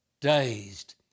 dazed